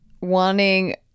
wanting